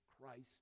Christ